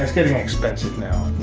getting expensive now.